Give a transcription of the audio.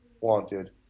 wanted